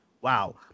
wow